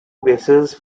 vessels